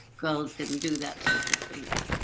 girls didn't do that sort of thing.